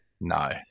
No